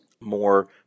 More